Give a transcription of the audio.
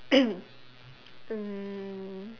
um